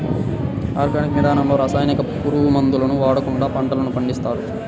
organic విధానంలో రసాయనిక, పురుగు మందులను వాడకుండా పంటలను పండిస్తారు